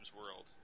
World